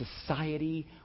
society